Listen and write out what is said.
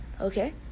okay